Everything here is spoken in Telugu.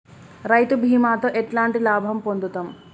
రైతు బీమాతో ఎట్లాంటి లాభం పొందుతం?